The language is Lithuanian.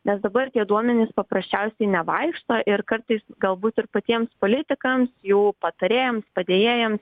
nes dabar tie duomenys paprasčiausiai nevaikšto ir kartais galbūt ir patiems politikams jų patarėjams padėjėjams